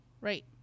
right